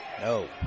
No